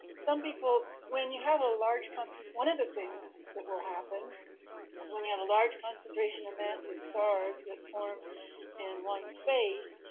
some people, when you have a large constant, one of the things that will happen is when you have a large concentration and massive stars that form in one space,